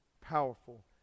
powerful